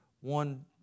one